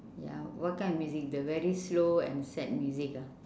ya what kind of music the very slow and sad music ah